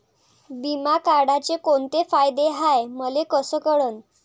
बिमा काढाचे कोंते फायदे हाय मले कस कळन?